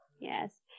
yes